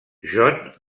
john